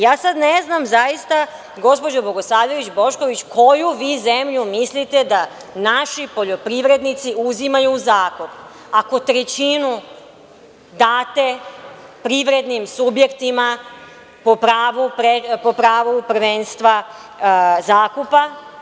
Ja sad ne znam zaista, gospođo Bogosavljević Bošković, koju vi zemlju mislite da naši poljoprivrednici uzimaju u zakup ako trećinu date privrednim subjektima po pravu prvenstva zakupa?